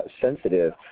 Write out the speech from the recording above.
sensitive